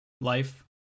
Life